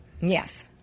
Yes